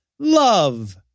love